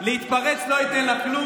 להתפרץ לא ייתן לך כלום.